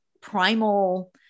primal